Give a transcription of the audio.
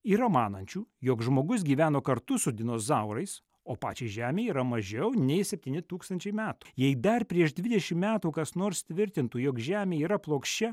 yra manančių jog žmogus gyveno kartu su dinozaurais o pačiai žemei yra mažiau nei septyni tūkstančiai metų jei dar prieš dvidešim metų kas nors tvirtintų jog žemė yra plokščia